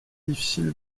difficile